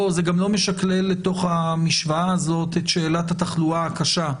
זה גם לא משקלל לתוך המשוואה הזאת את שאלת התחלואה הקשה,